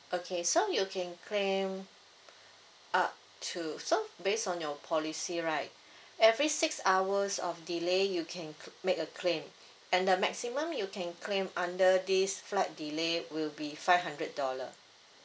okay so you can claim up to so based on your policy right every six hours of delay you can c~ make a claim and the maximum you can claim under this flight delay will be five hundred dollar